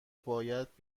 باید